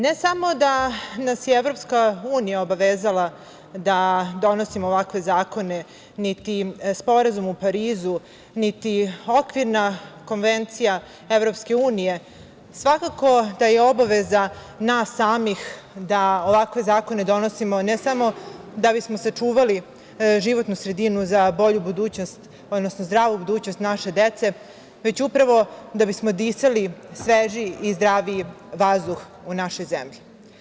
Ne samo da nas je EU obavezala da donosimo ovakve zakone, niti Sporazum u Parizu, niti Okvirna konvencija EU, svakako da je obaveza nas samih da ovakve zakone donosimo ne samo da bismo sačuvali životnu sredinu za zdravu budućnost naše dece, već upravo da bismo disali svežiji i zdraviji vazduh u našoj zemlji.